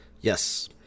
Yes